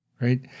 right